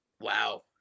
wow